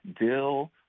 dill